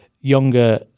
younger